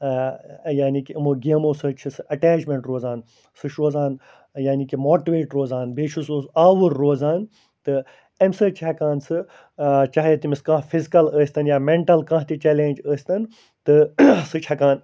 یعنی کہِ یِمو گیمَو سۭتۍ چھِ سُہ اٮ۪ٹیچمٮ۪نٛٹ روزان سُہ چھُ روزان یعنی کہِ ماٹٕویٹ روزان بیٚیہِ چھِ سُہ آوُر روزان تہٕ اَمہِ سۭتۍ چھِ ہٮ۪کان سُہ چاہے تٔمِس کانٛہہ فِزکَل ٲسۍتَن یا مٮ۪نٛٹَل کانٛہہ تہِ چٮ۪لینٛج ٲسۍتَن تہٕ سُہ چھِ ہٮ۪کان